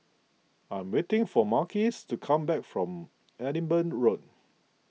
I am waiting for Marques to come back from Edinburgh Road